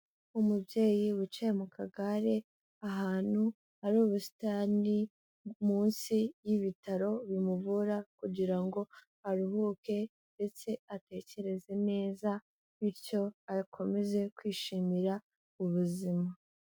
Umubyeyi wicaye mu kagare, ahantu hari ubusitani, munsi y'ibitaro bimuvura kugira ngo aruhuke ndetse atekereze neza bityo akomeze kwishimira ubuzima.